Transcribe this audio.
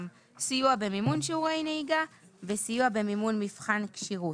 גם סיוע במימון שיעורי נהיגה וסיוע במימון מבחן כשירות,